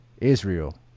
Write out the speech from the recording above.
Israel